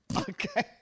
Okay